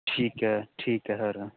ਠੀਕ ਹੈ ਠੀਕ ਹੈ ਸਰ